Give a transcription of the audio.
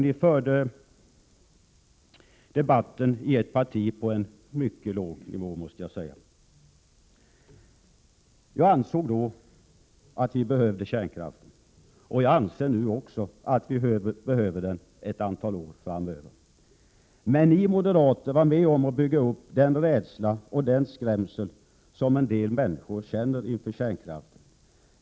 Ni förde debatten i ert parti på en mycket låg nivå, måste jag säga. Jag ansåg då att vi behövde kärnkraften, och jag anser nu också att vi behöver den ett antal år framöver. Men ni moderater var med om att bygga upp den rädsla som en del människor känner inför kärnkraften.